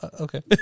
okay